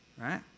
right